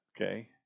okay